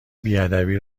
بیادبی